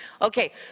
Okay